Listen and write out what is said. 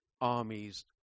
armies